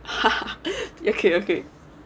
okay okay